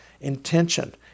Intention